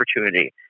opportunity